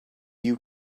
you